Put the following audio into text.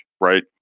right